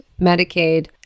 Medicaid